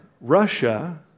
Russia